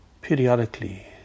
periodically